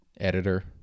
editor